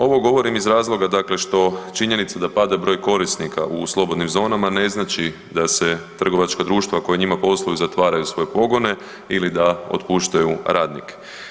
Ovo govorim iz razloga što činjenica da pada broj korisnika u slobodnim zonama ne znači da se trgovačka društva koja u njima posluju zatvaraju svoje pogone ili da otpuštaju radnike.